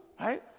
right